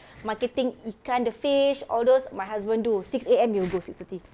marketing ikan the fish all those my husband do six A_M he'll go six thirty